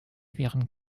wären